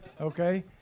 okay